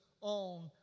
on